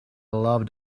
loved